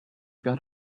got